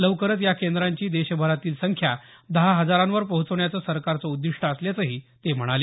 लवकरच या केंद्राची देशभरातील संख्या दहा हजारांवर पोहोचवण्याचं सरकारचं उद्दीष्ट असल्याचं ते म्हणाले